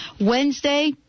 wednesday